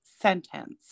sentence